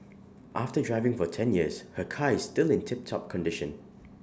after driving for ten years her car is still in tiptop condition